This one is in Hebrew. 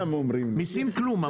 מסין כלום.